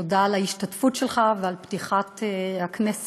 תודה על ההשתתפות שלך ועל פתיחת הכנסת